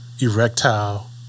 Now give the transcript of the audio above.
Erectile